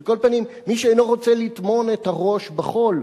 על כל פנים, מי שאינו רוצה לטמון את הראש בחול,